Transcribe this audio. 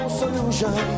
solution